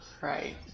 Right